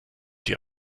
dir